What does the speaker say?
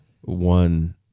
one